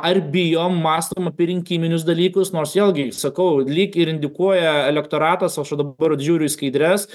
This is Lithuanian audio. ar bijom mąstom apie rinkiminius dalykus nors vėlgi sakau lyg ir indikuoja elektoratas o aš va dabar žiūriu į skaidres